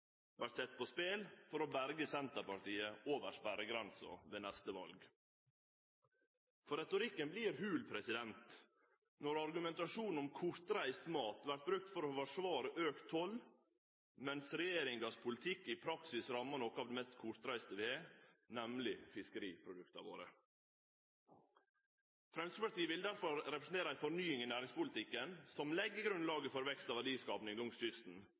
vert sett på spel for å berge Senterpartiet over sperregrensa ved neste val. Retorikken vert hul når argumentasjon om kortreist mat vert brukt for å forsvare auka toll, mens regjeringas politikk i praksis rammar noko av det mest kortreiste vi har, nemleg fiskeriprodukta våre. Framstegspartiet vil derfor representere ei fornying i næringspolitikken som legg grunnlaget for vekst og verdiskaping langs kysten.